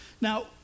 Now